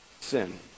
sin